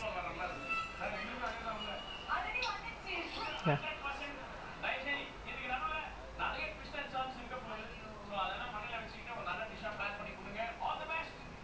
actually right darren brandon பாத்து ரொம்ப நாள் ஆச்சு:paathu romba naal aachu I want to see each of them at least in small groups like one more time other than thursday right I want to see I think before N_S lah like before I go N_S